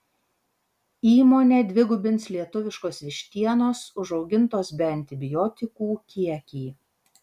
įmonė dvigubins lietuviškos vištienos užaugintos be antibiotikų kiekį